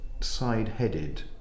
side-headed